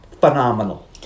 Phenomenal